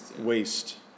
waste